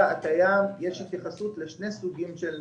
הקיים התייחסות לשני סוגים של נזקים.